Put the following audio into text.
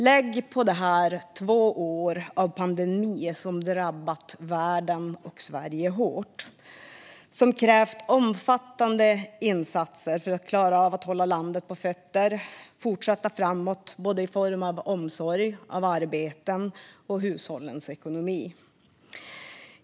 Lägg till det två år av pandemi som drabbat världen och Sverige hårt! Det har krävts omfattande insatser för att klara av att hålla landet på fötter, att fortsätta framåt i form av omsorg om både arbeten och hushållens ekonomi.